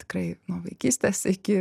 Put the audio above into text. tikrai nuo vaikystės iki